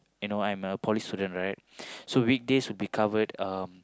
you know I'm a poly student right so weekdays would be covered um